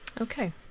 Okay